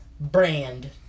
brand